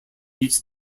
each